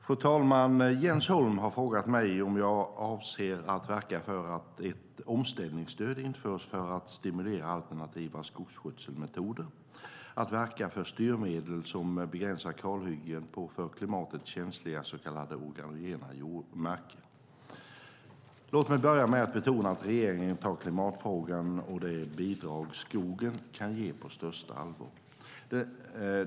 Fru talman! Jens Holm har frågat mig om jag avser att verka för att ett omställningsstöd införs för att stimulera alternativa skogsskötselmetoder och att verka för styrmedel som begränsar kalhyggen på för klimatet känsliga så kallade organogena marker. Låt mig börja med att betona att regeringen tar klimatfrågan och det bidrag skogen kan ge på största allvar.